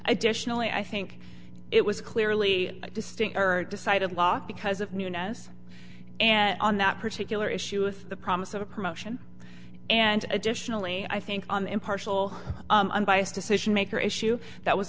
definitely i think it was clearly distinct her decided law because of newness and on that particular issue with the promise of a promotion and additionally i think an impartial unbiased decision maker issue that was